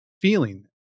feeling